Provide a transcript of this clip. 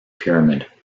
pyramid